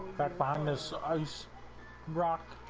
upon the signs rock